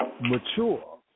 mature